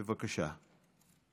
בבקשה.